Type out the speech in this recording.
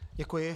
Děkuji.